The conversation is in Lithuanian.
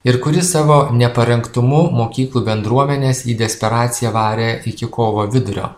ir kuri savo neparengtumu mokyklų bendruomenes į desperaciją varė iki kovo vidurio